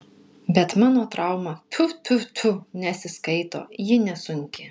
bet mano trauma tfu tfu tfu nesiskaito ji nesunki